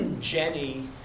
Jenny